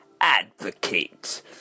advocate